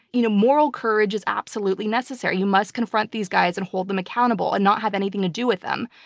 you know moral courage is absolutely necessary. you must confront these guys, and hold them accountable, and not have anything to do with them.